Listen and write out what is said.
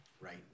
right